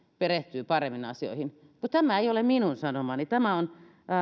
perehtyisin paremmin asioihin no tämä ei ole minun sanomani tämä on